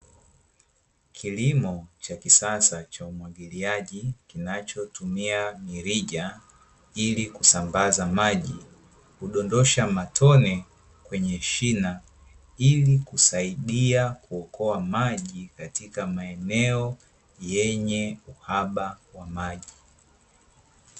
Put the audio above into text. Kilimo cha kisasa cha umwagiliaji, kinachotumia mirija, ili kusambaza maji kudondosha matonye kwenye shina, ili kusaidia kuokoa maji katika maeneo yenye uhaba wa maji.